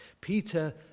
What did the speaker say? Peter